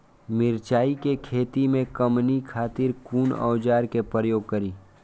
मिरचाई के खेती में कमनी खातिर कुन औजार के प्रयोग करी?